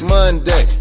Monday